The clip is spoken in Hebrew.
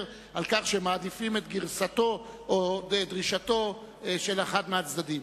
על כך שמעדיפים את דרישתו של אחד מהצדדים.